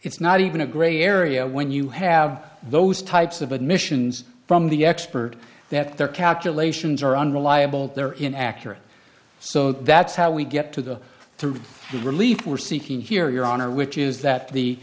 it's not even a gray area when you have those types of admissions from the expert that their calculations are unreliable they're in accurate so that's how we get to the truth the relief we're seeking here your honor which is that the